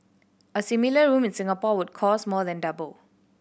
a similar room in Singapore would cost more than double